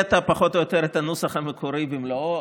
הקראת פחות או יותר את הנוסח המקורי במלואו.